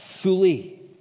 fully